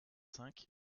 cinq